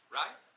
right